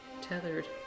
tethered